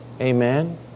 Amen